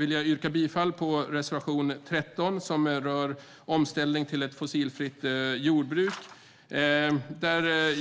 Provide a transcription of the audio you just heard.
yrkar jag bifall till reservation 13, som rör omställning till ett fossilfritt jordbruk.